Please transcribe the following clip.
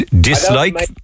Dislike